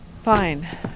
Fine